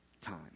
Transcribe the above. time